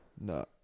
No